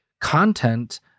content